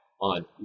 on